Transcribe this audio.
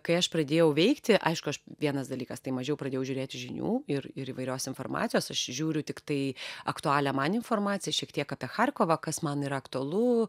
kai aš pradėjau veikti aišku aš vienas dalykas tai mažiau pradėjau žiūrėti žinių ir ir įvairios informacijos aš žiūriu tiktai aktualią man informaciją šiek tiek apie charkovą kas man yra aktualu